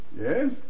yes